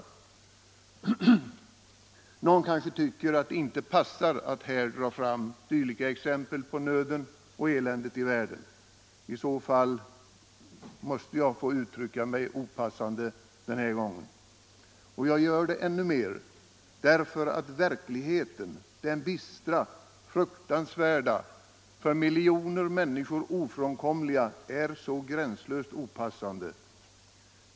Ytterligare insatser Någon kanske tycker att det inte passar att här dra fram dylika exempel = för svältdrabbade på nöden och eländet i världen. I så fall måste jag få uttrycka mig opas — länder sande denna gång. Och jag gör det ännu mer därför att verkligheten, den bistra, fruktansvärda, för miljoner människor ofrånkomliga verkligheten, är så gränslöst opassande.